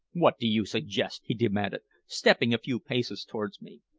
what do you suggest? he demanded, stepping a few paces towards me.